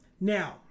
now